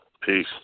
Peace